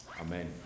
Amen